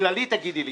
בכללי תגידי לי,